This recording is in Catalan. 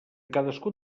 cadascun